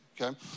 okay